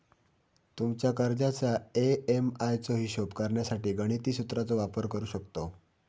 तुमच्या कर्जाच्या ए.एम.आय चो हिशोब करण्यासाठी गणिती सुत्राचो वापर करू शकतव